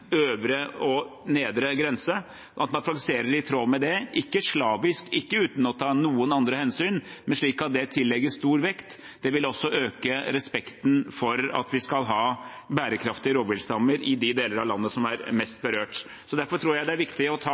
øvre og nedre grense, og den praksisen man fører i tråd med det, ikke slavisk, ikke uten å ta noen andre hensyn, men slik at det tillegges stor vekt. Det vil også øke respekten for at vi skal ha bærekraftige rovviltstammer i de deler av landet som er mest berørt. Derfor tror jeg det er viktig å